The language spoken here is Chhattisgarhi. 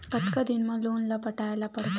कतका दिन मा लोन ला पटाय ला पढ़ते?